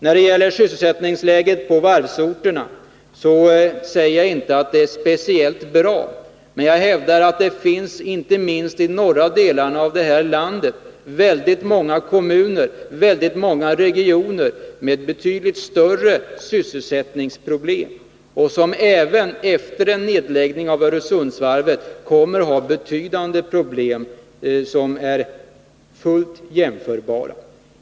När det gäller sysselsättningsläget på varvsorterna säger jag inte att det är speciellt bra, men jag hävdar att det inte minst i norra delarna av detta land finns väldigt många kommuner och regioner med betydligt större sysselsättningsproblem och som även efter en nedläggning av Öresundsvarvet kommer att ha betydande problem, vilka är fullt jämförbara.